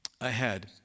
ahead